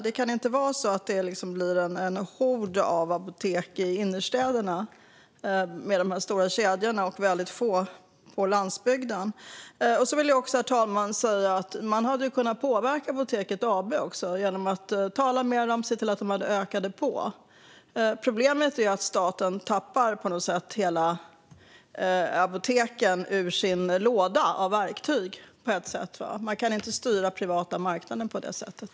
Det kan inte vara så att det blir en hord av apotek i innerstäderna med de stora kedjorna och väldigt få på landsbygden. Herr talman! Jag vill också säga att man hade kunnat påverka Apoteket AB genom att tala med dem och se till att de ökade på. Problemet är att staten på något sätt tappar apoteken ur sin låda med verktyg. Man kan inte styra den privata marknaden på det sättet.